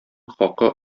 хакы